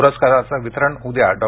पुरस्काराचे वितरण उद्या डॉ